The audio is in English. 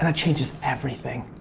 and changes everything.